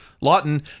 Lawton